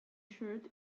shirt